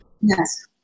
Yes